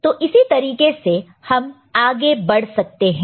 तो इसी तरीके से हम आगे बढ़ सकते हैं